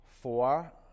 Four